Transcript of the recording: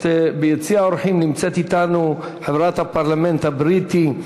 ביציע האורחים נמצאת אתנו חברת הפרלמנט הבריטי,